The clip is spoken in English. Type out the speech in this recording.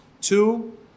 Two